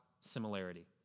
similarity